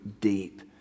deep